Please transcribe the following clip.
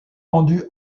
vendu